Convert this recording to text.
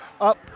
up